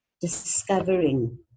discovering